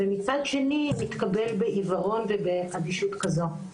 ומצד שני מתקבל בעיוורון ובאדישות כזו,